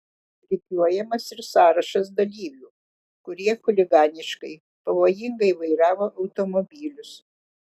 rikiuojamas ir sąrašas dalyvių kurie chuliganiškai pavojingai vairavo automobilius